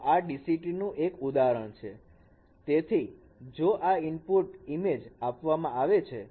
તો આ DCT નું એક ઉદાહરણ છે તેથી જો આ ઇનપુટ ઈમેજ આપવામાં આવે છે